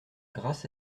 grasse